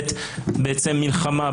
בעת מלחמה,